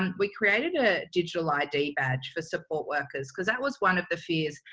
we created a digital id badge for support workers, because that was one of the fears.